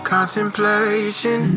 Contemplation